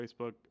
Facebook